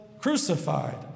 crucified